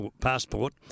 passport